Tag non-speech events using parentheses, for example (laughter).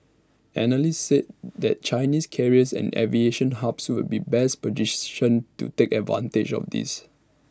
analysts said that Chinese carriers and aviation hubs would be best (unintelligible) to take advantage of this